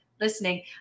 listening